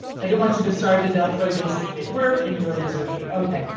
i don't want you to starve to death were doing such great work and you really deserve cake. ok,